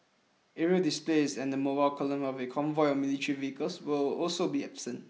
aerial displays and the mobile column of a convoy of military vehicles will also be absent